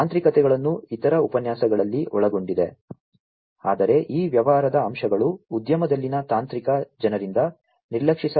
ತಾಂತ್ರಿಕತೆಗಳನ್ನು ಇತರ ಉಪನ್ಯಾಸಗಳಲ್ಲಿ ಒಳಗೊಂಡಿದೆ ಆದರೆ ಈ ವ್ಯವಹಾರದ ಅಂಶಗಳು ಉದ್ಯಮದಲ್ಲಿನ ತಾಂತ್ರಿಕ ಜನರಿಂದ ನಿರ್ಲಕ್ಷಿಸಲಾಗದ ಸಂಗತಿಯಾಗಿದೆ